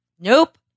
nope